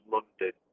London